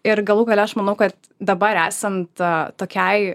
ir galų gale aš manau kad dabar esant tokiai